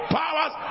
powers